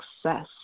success